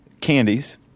candies